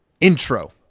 Intro